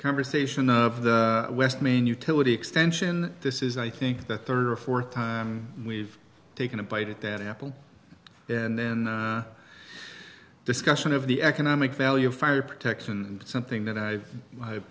conversation of the west main utility extension this is i think the third or fourth time we've taken a bite at that apple and then a discussion of the economic value of fire protection something that i